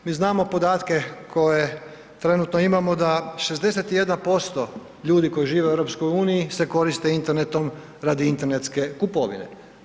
Mi znamo podatke koje trenutno imamo da 61% ljudi koji žive u EU se koriste internetom radi internetske kupovine.